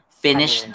Finish